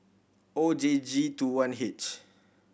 O J G Two one H